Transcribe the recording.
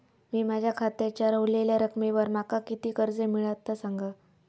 मी माझ्या खात्याच्या ऱ्हवलेल्या रकमेवर माका किती कर्ज मिळात ता सांगा?